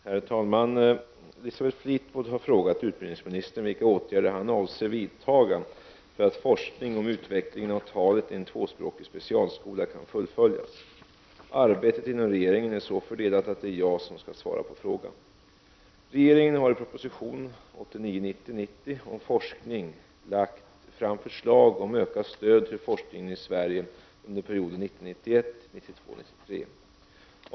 Herr talman! Elisabeth Fleetwood har frågat utbildningministern vilka åtgärder han avser att vidtaga för att forskning om utvecklingen av talet i en tvåspråkig specialskola kan fullföljas. Arbetet inom regeringen är så fördelat att det är jag som skall svara på frågan. : Regeringen har i prop. 1989 91—1992/93.